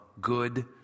good